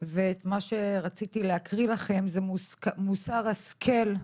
ומה שרציתי להקריא לכם זה מוסר השכל,